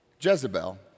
Jezebel